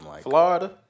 Florida